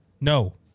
No